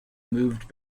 moved